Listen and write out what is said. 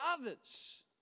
others